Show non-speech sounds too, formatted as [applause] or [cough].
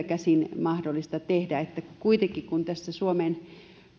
[unintelligible] käsin mahdollista tehdä että kun suomeen